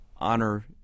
honor